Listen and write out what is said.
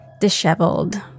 disheveled